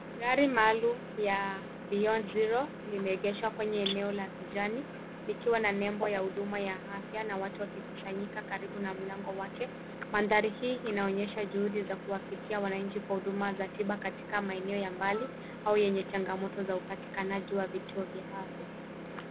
Gari maalum ya Beyond Zero limeegeshwa kwenye eneo la kijani likiwa na nembo ya huduma ya afya na watu wakikusanyika karibu na mlango wake. Mandhari hii inaonyesha juhudi za kuwafikia wananchi kwa huduma za tiba katika maeneo ya mbali au yenye changamoto ya upatikanaji wa vituo vya afya.